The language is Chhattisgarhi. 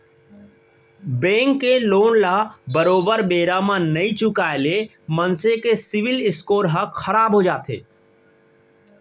बेंक के लोन ल बरोबर बेरा म नइ चुकाय ले मनसे के सिविल स्कोर ह खराब हो जाथे